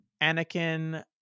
Anakin